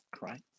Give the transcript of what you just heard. right